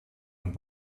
und